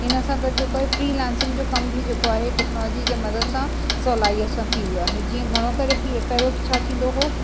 हिन सां गॾु जेको आहे फ़्रीलांसिंग जो कम बि जेको आहे टेक्नोलॉजी जी मदद सां सहुलाईअ सां थी वियो आहे जीअं घणो करे पी पहिरो छा थींदो हुओ